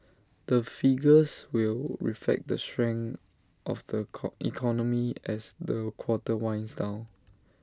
the figures will reflect the strength of the economy as the quarter winds down